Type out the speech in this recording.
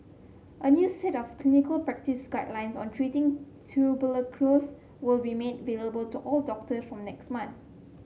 a new set of clinical practice guidelines on treating will be made available to all doctors from next month